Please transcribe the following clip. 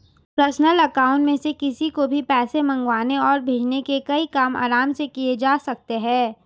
personal account में से किसी को भी पैसे मंगवाने और भेजने के कई काम आराम से किये जा सकते है